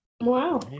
wow